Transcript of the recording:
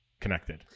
connected